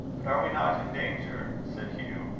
but are we not in danger, said hugh,